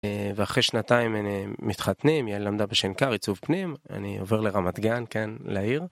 ואחרי שנתיים המ מתחתנים, היא למדה בשנקר עיצוב פנים, אני עובר לרמת גן כאן, לעיר.